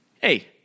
Hey